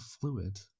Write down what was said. fluid